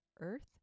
earth